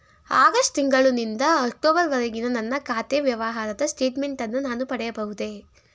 August ತಿಂಗಳು ನಿಂದ October ವರೆಗಿನ ನನ್ನ ಖಾತೆ ವ್ಯವಹಾರದ ಸ್ಟೇಟ್ಮೆಂಟನ್ನು ನಾನು ಪಡೆಯಬಹುದೇ?